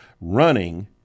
Running